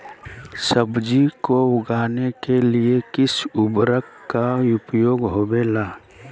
सब्जी को उगाने के लिए किस उर्वरक का उपयोग होबेला?